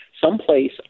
someplace